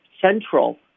central